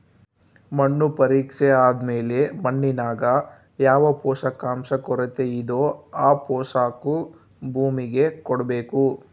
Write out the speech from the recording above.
ಮಣ್ಣು ಪರೀಕ್ಷೆ ಆದ್ಮೇಲೆ ಮಣ್ಣಿನಾಗ ಯಾವ ಪೋಷಕಾಂಶ ಕೊರತೆಯಿದೋ ಆ ಪೋಷಾಕು ಭೂಮಿಗೆ ಕೊಡ್ಬೇಕು